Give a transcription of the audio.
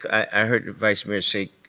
i heard the vice mayor say,